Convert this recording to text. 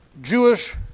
Jewish